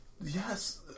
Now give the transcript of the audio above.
Yes